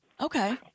Okay